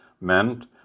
meant